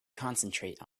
concentrate